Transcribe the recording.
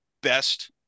best